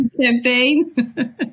campaign